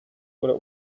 oder